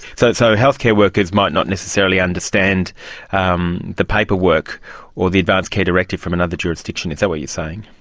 so so health care workers might not necessarily understand um the paperwork or the advance care directive from another jurisdiction, is that what you're saying?